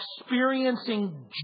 experiencing